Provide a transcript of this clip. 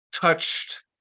touched